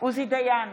עוזי דיין,